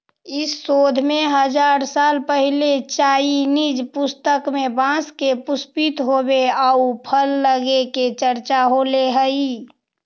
इस शोध में हजार साल पहिले चाइनीज पुस्तक में बाँस के पुष्पित होवे आउ फल लगे के चर्चा होले हइ